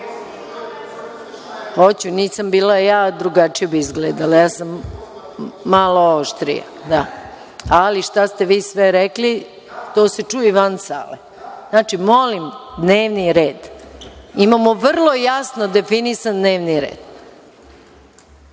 nisam bila ja, drugačije bi izgledalo. Ja sam malo oštrija. Ali, šta ste vi sve rekli, to se čuje i van sale. Molim – dnevni red. Imamo vrlo jasno definisan dnevni red,